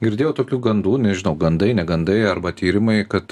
girdėjau tokių gandų nežinau gandai negandai arba tyrimai kad